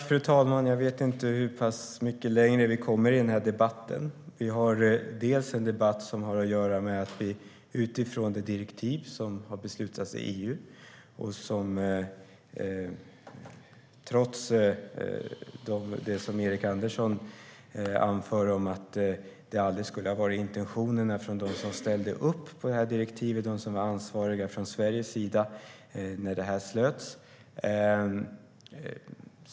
Fru talman! Jag vet inte hur mycket längre vi kommer i debatten. Vi har en debatt som har att göra med att vi har att förhålla oss till det direktiv som beslutats i EU, trots det Erik Andersson anför om att det aldrig skulle ha varit intentionen från dem som ställde upp på direktivet - de som var ansvariga från Sveriges sida när det här slöts.